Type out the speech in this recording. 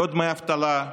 לא דמי אבטלה,